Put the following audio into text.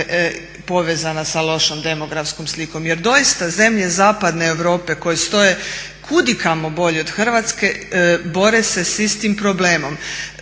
povezana sa lošom demografskom slikom jer doista zemlje zapadne Europe koje stoje kudikamo bolje od Hrvatske bore se s istim problemom.